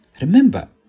Remember